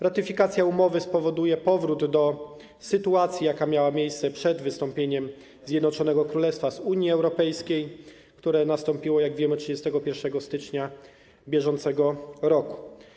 Ratyfikacja umowy spowoduje powrót do sytuacji, jaka miała miejsce przed wystąpieniem Zjednoczonego Królestwa z Unii Europejskiej, które nastąpiło, jak wiemy, 31 stycznia br.